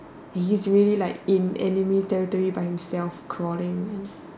he is really like in enemy territory by himself crawling